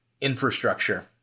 infrastructure